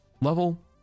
level